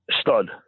Stud